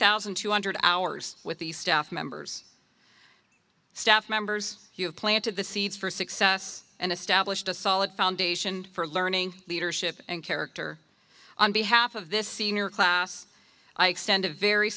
thousand two hundred hours with the staff members staff members who have planted the seeds for success and established a solid foundation for learning leadership and character on behalf of this senior class i extend a very